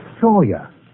Sawyer